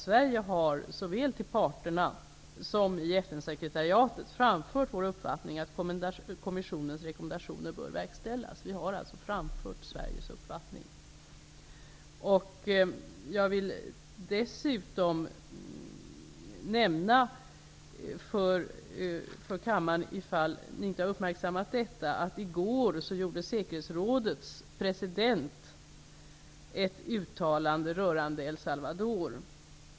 Sverige har såväl till parterna som i FN sekretariatet framfört vår uppfattning att kommissionens rekommendationer bör verkställas. Vi har alltså framfört Sveriges uppfattning. Jag vill dessutom nämna för kammaren, om ni inte har uppmärksammat detta, att i går gjorde säkerhetsrådets president ett uttalande rörande El Salvador.